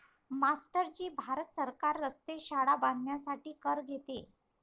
master ji भारत सरकार रस्ते, शाळा बांधण्यासाठी कर घेते